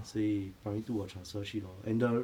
所以 primary two 我 transfer 去 lor and the